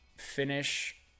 finish